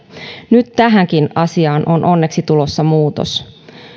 nyt tähänkin asiaan on onneksi tulossa muutos